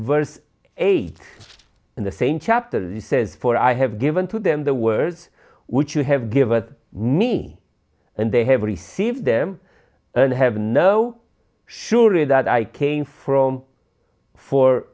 verse eight in the same chapter that says for i have given to them the words which you have given me and they have received them and have no surely that i came from fo